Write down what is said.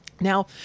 Now